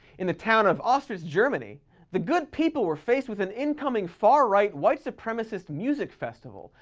in the town of ostritz, germany the good people were faced with an incoming far right, white supremacist music festival.